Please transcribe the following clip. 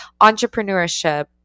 entrepreneurship